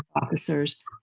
officers